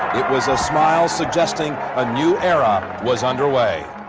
it was a smile suggesting a new era was under way.